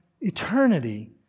eternity